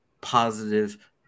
positive